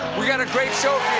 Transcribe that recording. we've got a great show